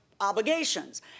obligations